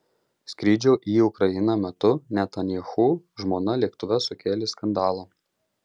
skrydžio į ukrainą metu netanyahu žmona lėktuve sukėlė skandalą